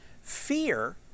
fear